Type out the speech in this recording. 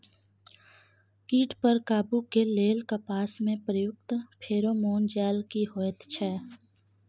कीट पर काबू के लेल कपास में प्रयुक्त फेरोमोन जाल की होयत छै?